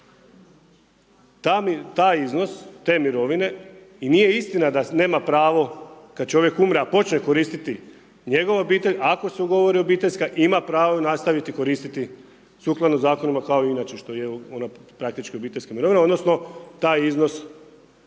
Taj iznos, te mirovine, i nije istina da nema pravo kad čovjek umre a počne koristiti njegova obitelj, ako se ugovori obiteljska ima pravo nastaviti koristiti sukladno zakonima kao i inače što je ona praktički obiteljska mirovina, odnosno taj iznos